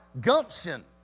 gumption